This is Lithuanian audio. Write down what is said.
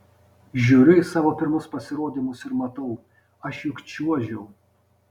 žiūriu į savo pirmus pasirodymus ir matau aš juk čiuožiau